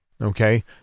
Okay